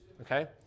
okay